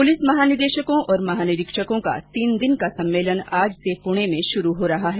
police महानिदेशकों और महानिरीक्षकों का तीन दिन का सम्मेलन आज से पूणे में शुरू हो रहा है